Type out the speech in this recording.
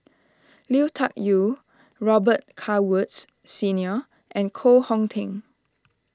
Lui Tuck Yew Robet Carr Woods Senior and Koh Hong Teng